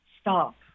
stop